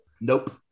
Nope